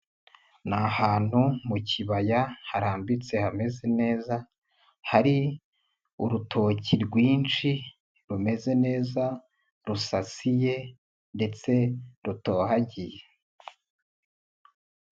Ni ahantu mu kibaya harambitse hameze neza hari, urutoki rwinshi rumeze neza rusasiye ndetse rutohagiye.